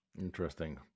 Interesting